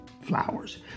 flowers